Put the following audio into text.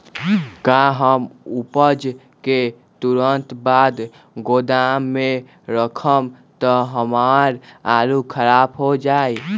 का हम उपज के तुरंत बाद गोदाम में रखम त हमार आलू खराब हो जाइ?